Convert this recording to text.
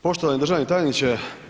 Poštovani državni tajniče.